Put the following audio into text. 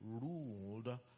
ruled